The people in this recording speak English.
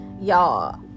y'all